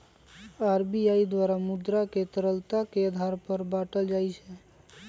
RBI द्वारा मुद्रा के तरलता के आधार पर बाटल जाइ छै